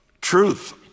truth